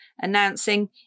announcing